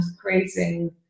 creating